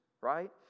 right